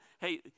Hey